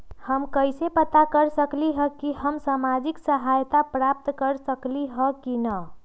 हम कैसे पता कर सकली ह की हम सामाजिक सहायता प्राप्त कर सकली ह की न?